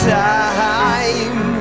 time